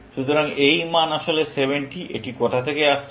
সুতরাং এই মান আসলে 70 এটা কোথা থেকে আসছে